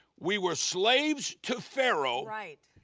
we were slaves to pharaoh, right.